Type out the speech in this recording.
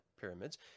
pyramids